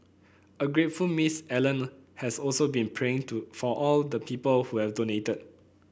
a grateful Miss Allen has also been praying to for all the people who have donated